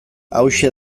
hauxe